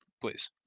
please